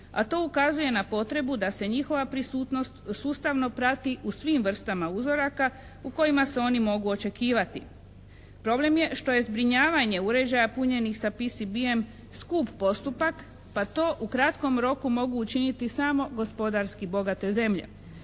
a to ukazuje na potrebu da se njihova prisutnost sustavno prati u svim vrstama uzoraka u kojima se oni mogu očekivati. Problem je što je zbrinjavanje uređaja punjenih sa PCB-em skup postupak pa to u kratkom roku mogu učiniti samo gospodarski bogate zemlje.